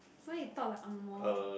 so you talk like angmoh